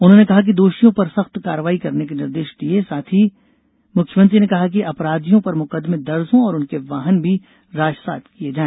उन्होंने कहा कि दोषियों पर सख्त कार्रवाई करने के निर्देश दिये साथ ही मुख्यमंत्री ने कहा कि अपराधियों पर मुकदमें दर्ज हों और उनके वाहन भी राजसात किए जाए